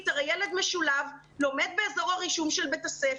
הרי ילד משולב לומד באזור הרישום של בית הספר.